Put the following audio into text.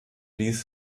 ließ